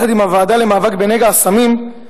יחד עם הוועדה למאבק בנגע הסמים,